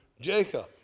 Jacob